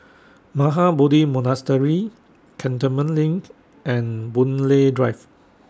Mahabodhi Monastery Cantonment LINK and Boon Lay Drive